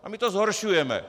A my to zhoršujeme.